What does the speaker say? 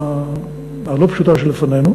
הכלכלית הלא-פשוטה שלפנינו,